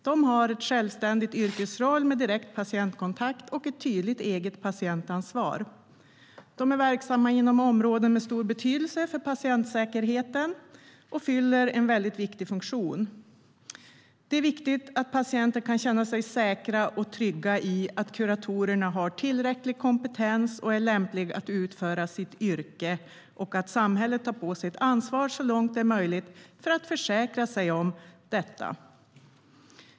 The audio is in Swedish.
De har en självständig yrkesroll med direkt patientkontakt och ett tydligt eget patientansvar. De är verksamma inom områden med stor betydelse för patientsäkerheten och fyller en väldigt viktig funktion. Det är viktigt att patienter kan känna sig säkra och trygga i att kuratorerna har tillräcklig kompetens och är lämpliga att utföra sitt yrke samt att samhället så långt det är möjligt tar på sig ett ansvar för att försäkra sig om detta.